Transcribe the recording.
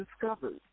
discovered